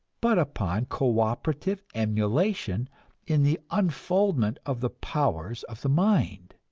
but upon cooperative emulation in the unfoldment of the powers of the mind?